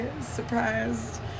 surprised